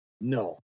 No